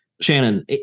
Shannon